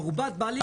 מרובת בעלים.